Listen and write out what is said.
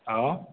हाँ